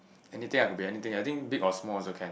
anything ah could be anything I think big or small also can